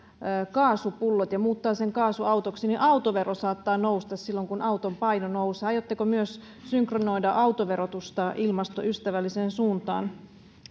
kaasupullot ja muuttaa sen kaasuautoksi niin autovero saattaa nousta silloin kun auton paino nousee aiotteko myös synkronoida autoverotusta ilmastoystävälliseen suuntaan